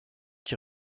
qui